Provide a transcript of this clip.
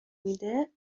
میده